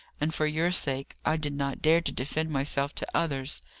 and, for your sake, i did not dare to defend myself to others.